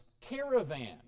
caravan